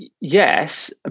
yes